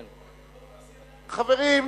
חברים,